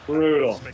Brutal